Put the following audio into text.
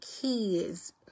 kids